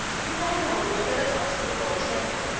he then ordered philotas to be brought in.